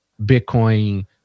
Bitcoin